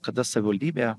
kada savivaldybė